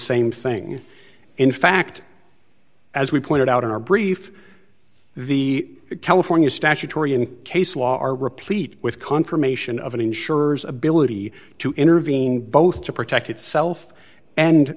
same thing in fact as we pointed out in our brief the california statutory and case law are replete with confirmation of insurers ability to intervene both to protect itself and